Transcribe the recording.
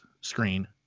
screen